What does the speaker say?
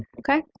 ok?